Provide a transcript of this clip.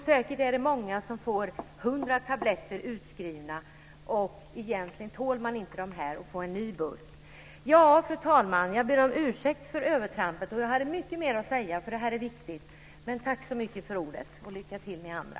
Säkert är det många som får hundra tabletter utskrivna, och egentligen tål man dem inte utan får en ny burk. Fru talman! Jag ber om ursäkt för att jag dragit över tiden. Jag hade mycket mer att säga, för det här är viktigt. Men tack för ordet, och lycka till, ni andra!